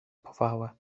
powałę